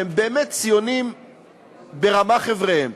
שהם באמת ציונים ברמ"ח איבריהם.